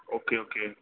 okay okay